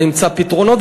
אמצא פתרונות,